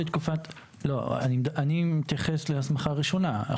לא, אני מתייחס להסמכה ראשונה.